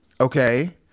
okay